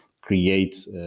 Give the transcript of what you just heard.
create